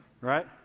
right